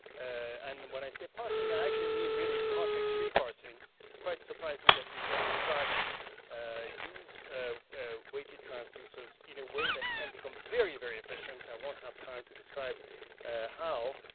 and when i say parsing i actually mean really contacts free parsing. it's quite surprising that you can in fact use weighted transducers in a way that can become very, very efficient, i won't have time to describe how.